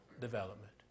development